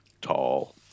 tall